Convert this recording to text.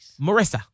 Marissa